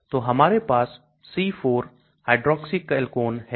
तो हमारे पास C 4 hydroxy chalcone हैं